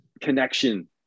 connection